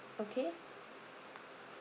okay